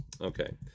okay